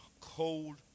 cold